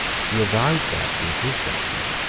he avowed that, in his judgment,